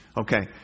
Okay